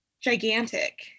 gigantic